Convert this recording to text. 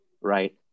right